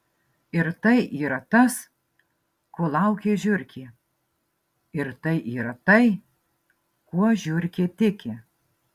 ir tai yra tas ko laukia žiurkė ir tai yra tai kuo žiurkė tiki